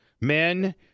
Men